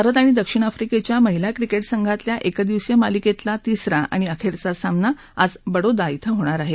भारत आणि दक्षिण आफ्रिकेच्या महिला क्रिकेट संघातल्या एकदिवसीय मालिकेतला तीसरा आणि अखेरचा सामना आज बडोदा इथं होणार आहे